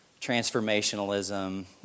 transformationalism